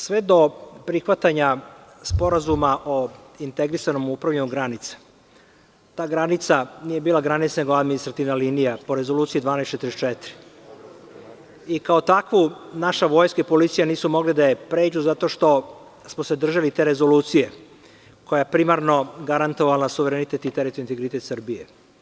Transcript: Sve do prihvatanja Sporazuma o integrisanom upravljanju granica, ta granica nije bila granica nego administrativna linija po Rezoluciji 1244 i kao takvu naša vojska i policija nisu mogli da je pređu, zato što smo se držali te rezolucije koja je primarno garantovala suverenitet i teritorijalni integritet Srbije.